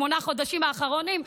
בשמונת החודשים האחרונים,